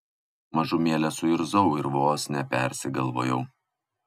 mažumėlę suirzau ir vos nepersigalvojau